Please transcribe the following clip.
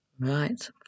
Right